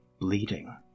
bleeding